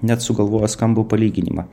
net sugalvojo skambų palyginimą